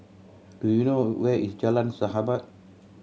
do you know where is Jalan Sahabat